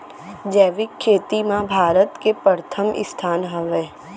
जैविक खेती मा भारत के परथम स्थान हवे